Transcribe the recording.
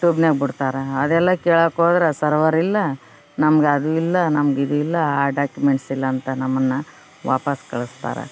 ಯೂಟ್ಯೂಬ್ನಾಗ ಬಿಡ್ತಾರೆ ಅದೆಲ್ಲ ಕೇಳೋಕ್ಹೋದ್ರ ಸರ್ವರ್ ಇಲ್ಲ ನಮ್ಗ ಅದು ಇಲ್ಲ ನಮ್ಗ ಇದಿಲ್ಲ ಆ ಡಾಕ್ಯುಮೆಂಟ್ಸ್ ಇಲ್ಲಾಂತ ನಮ್ಮನ್ನ ವಾಪಾಸ್ಸು ಕಳಸ್ತಾರೆ